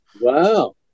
Wow